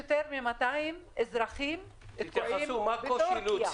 יותר מ-200 אזרחים שתקועים בטורקיה.